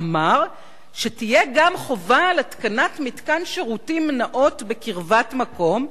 אמר שתהיה גם חובת התקנת מתקן שירותים נאות בקרבת מקום,